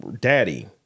Daddy